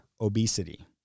Obesity